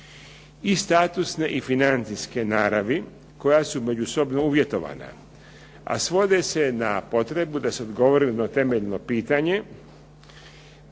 i statusne i financijske naravi koja su međusobno uvjetovana, a svode se na potrebu da se odgovori na temeljno pitanje